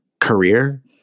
career